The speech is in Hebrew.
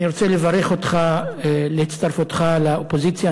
אני רוצה לברך אותך על הצטרפותך לאופוזיציה.